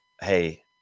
hey